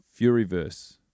Furyverse